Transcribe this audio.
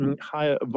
Higher